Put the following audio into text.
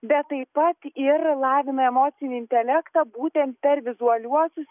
bet taip pat ir lavina emocinį intelektą būtent per vizualiuosius